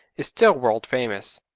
is still world famous.